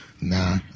Nah